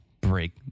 break